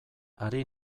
ari